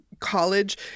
college